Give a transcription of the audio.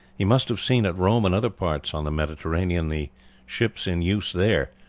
he must have seen at rome and other ports on the mediterranean the ships in use there,